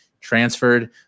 transferred